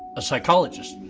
a psychologist.